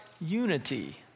unity